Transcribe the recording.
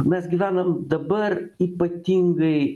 mes gyvenam dabar ypatingai